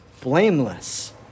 blameless